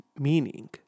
meaning